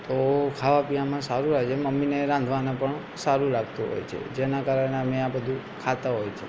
તો ખાવા પીવામાં સારું હોય છે મમ્મીને રાંધવામાં પણ સારું લાગતું હોય છે જેના કારણે અમે આ બધું ખાતા હોય છે